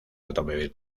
automóvil